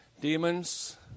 Demons